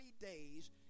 days